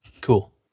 cool